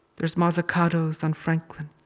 there's mozzicato's on franklin,